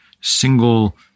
single